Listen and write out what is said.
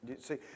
See